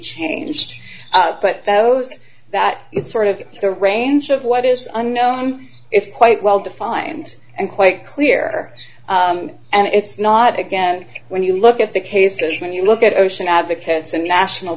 changed but those that sort of the range of what is unknown is quite well defined and quite clear and it's not again when you look at the cases when you look at ocean advocates and national